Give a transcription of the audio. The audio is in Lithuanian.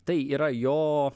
tai yra jo